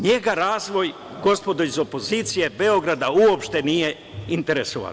Njega razvoj, gospodo iz opozicije, Beograda uopšte nije interesovao.